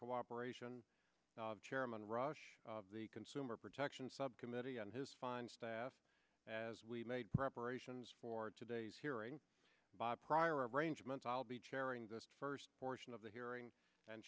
cooperation of chairman rush of the consumer protection subcommittee and his fine staff as we made preparations for today's hearing by prior arrangement i'll be chairing the first portion of the hearing and